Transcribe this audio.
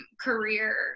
career